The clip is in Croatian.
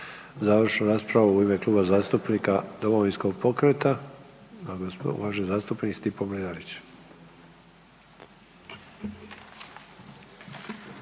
Završnu raspravu u ime Kluba zastupnika Domovinskog pokreta ima uvaženi zastupnik Stipo Mlinarić.